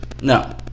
No